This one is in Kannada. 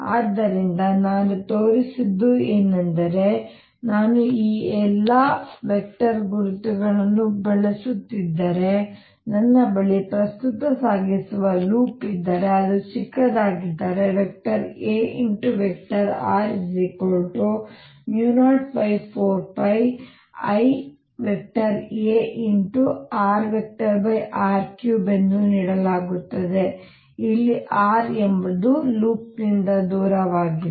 ಆದ್ದರಿಂದ ನಾನು ತೋರಿಸಿದ್ದು ಏನೆಂದರೆ ನಾನು ಈ ಎಲ್ಲಾ ವೆಕ್ಟರ್ ಗುರುತುಗಳನ್ನು ಬಳಸುತ್ತಿದ್ದರೆ ನನ್ನ ಬಳಿ ಪ್ರಸ್ತುತ ಸಾಗಿಸುವ ಲೂಪ್ ಇದ್ದರೆ ಅದು ಚಿಕ್ಕದಾಗಿದ್ದರೆ Ar04πIarr3 ಎಂದು ನೀಡಲಾಗುತ್ತದೆ ಇಲ್ಲಿ r ಎಂಬುದು ಲೂಪ್ ನಿಂದ ದೂರವಾಗಿದೆ